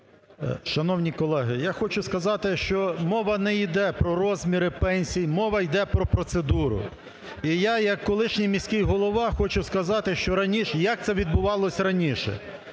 Шановні колеги! Я хочу сказати, що мова не йде про розміри пенсій, мова йде про процедуру. І я як колишній міський голова хочу сказати, що раніше, як це відбувалося раніше.